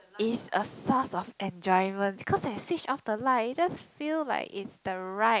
is a source of enjoyment cause I switch off the light it just feel like it's the right